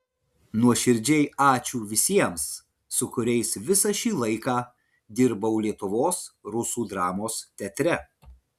nuoširdžiai ačiū visiems su kuriais visą šį laiką dirbau lietuvos rusų dramos teatre